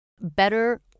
better